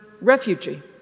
refugee